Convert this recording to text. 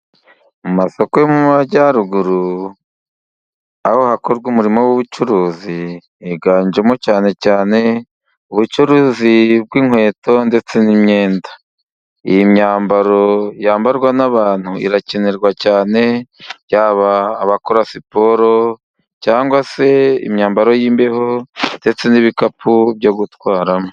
Mu masoko yo mu Majyaruguru aho hakorwa umurimo w'ubucuruzi. Higanjemo cyane cyane ubucuruzi bw'inkweto ndetse n'imyenda. Iyi myambaro yambarwa n'abantu irakenerwa cyane, yaba abakora siporo cyangwa se imyambaro y'imbeho, ndetse n'ibikapu byo gutwaramo.